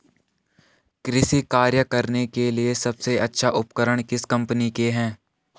कृषि कार्य करने के लिए सबसे अच्छे उपकरण किस कंपनी के हैं?